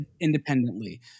independently